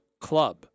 club